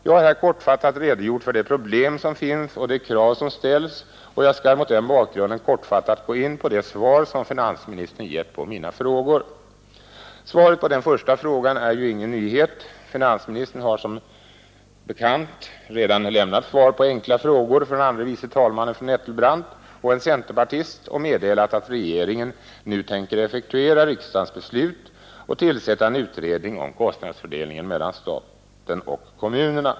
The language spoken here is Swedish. Jag har här kortfattat redogjort för de problem som finns och de krav som ställts, och jag skall mot den bakgrunden kortfattat gå in på de svar finansministern gett på mina frågor. Svaret på den första frågan är ju ingen nyhet. Finansministern har redan som svar på enkla frågor från fru andre vice talmannen Nettelbrandt och en centerpartist meddelat att regeringen nu tänker effektuera riksdagens beslut och tillsätta en utredning om kostnadsfördelningen mellan staten och kommunerna.